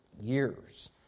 years